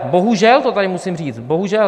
Bohužel to tady musím říct, bohužel.